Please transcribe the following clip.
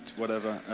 whatever,